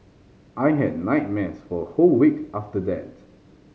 I had nightmares for a whole week after that